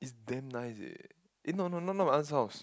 is damn nice eh eh no no not not my aunt's house